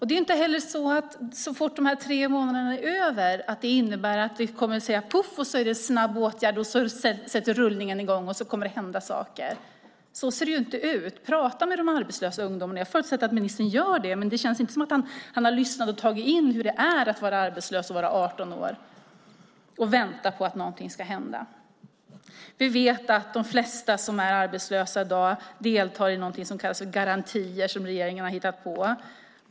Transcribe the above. Det är inte heller så att det så fort de här tre månaderna är över kommer att bli en snabb åtgärd. Det är inte så att allt sätts i rullning och att det kommer att hända saker. Så ser det inte ut. Prata med de arbetslösa ungdomarna! Jag förutsätter att ministern gör det, men det känns inte som att han har lyssnat och tagit in hur det är att vara arbetslös och vara 18 år och vänta på att någonting ska hända. Vi vet att de flesta som är arbetslösa i dag deltar i någonting som kallas för garantier som regeringen har hittat på.